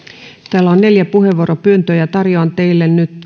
täällä on neljä puheenvuoropyyntöä ja tarjoan teille nyt